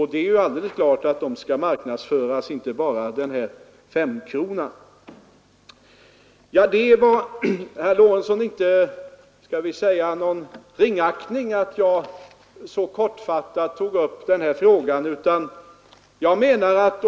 Det är alldeles klart att åtgärderna därför måste marknadsföras — det gäller inte bara femkronan. Det berodde inte, herr Lorentzon, på någon ringaktning att jag så kortfattat tog upp frågan om en sysselsättningsplan.